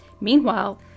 Meanwhile